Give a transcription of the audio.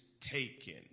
taken